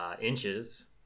inches